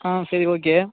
ஆ சரி ஓகே